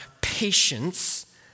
patience